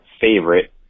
favorite